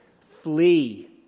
flee